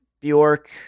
Bjork